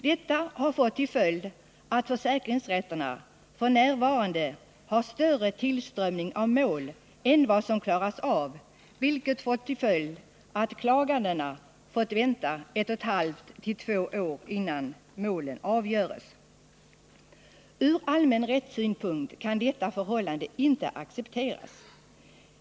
Detta har lett till att försäkringsrätterna f. n. har större tillströmning av mål än vad som klaras av, vilket fått till följd att klagandena fått vänta ett och ett halvt till två år innan målen avgjorts. Från allmän rättssynpunkt kan detta förhållande inte accepteras.